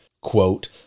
Quote